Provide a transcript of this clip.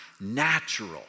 natural